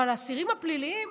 אבל האסירים הפליליים,